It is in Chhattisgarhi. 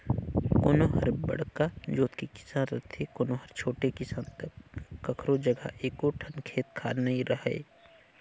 कोनो हर बड़का जोत के किसान रथे, कोनो हर छोटे किसान त कखरो जघा एको ठन खेत खार नइ रहय